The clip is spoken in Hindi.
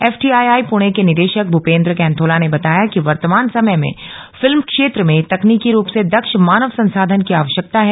एफटीआईआई पुणे के निदेशक भूपेन्द्र कैंथोला ने बताया कि वर्तमान समय में फिल्म क्षेत्र में तकनीकी रूप से दक्ष मानव संसाधन की आवश्यकता है